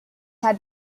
had